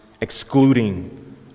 excluding